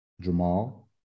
Jamal